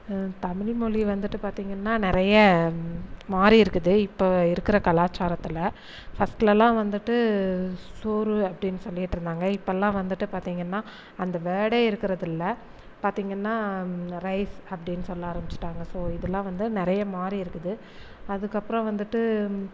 தமிழ்மொழி வந்துட்டு பார்த்திங்கன்னா நிறைய மாறி இருக்குது இப்போ இருக்கிற கலாச்சாரத்தில் ஃபஸ்ட்லலாம் வந்துட்டு சோறு அப்படின்னு சொல்லிகிட்ருந்தாங்க இப்போல்லாம் வந்துட்டு பார்த்திங்கன்னா அந்த வேர்டே இருக்கிறது இல்லை பார்த்திங்கன்னா ரைஸ் அப்படின்னு சொல்ல ஆரம்பிச்சிட்டாங்கள் ஸோ இதெலாம் வந்து நிறைய மாறி இருக்குது அதுக்கப்புறம் வந்துட்டு